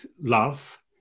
love